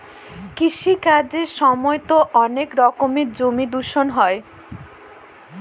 কৃষি কাজের সময়তো অনেক রকমের জমি দূষণ হয়